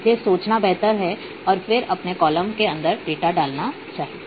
इसलिए पहले सोचना बेहतर है और फिर अपने कॉलम के अंदर डेटा डालना चाहिए